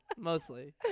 mostly